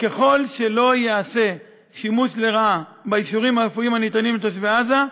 ככל שלא ייעשה שימוש לרעה באישורים הרפואיים הניתנים לתושבי עזה,